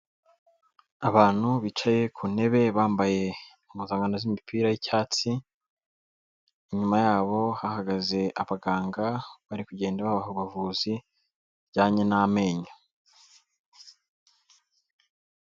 Abantu bicaye ku ntebe bambaye impuzankano z'imipira y'cyatsi, inyuma yabo hahagaze abaganga bari kugenda babaha abavuzi bujyanye n'amenyo.